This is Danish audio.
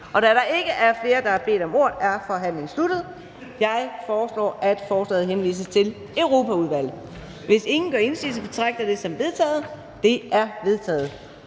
Da der ikke er flere, der har bedt om ordet, er forhandlingen sluttet. Jeg foreslår, at forslaget henvises til Europaudvalget. Hvis ingen gør indsigelse, betragter jeg det som vedtaget. Det er vedtaget.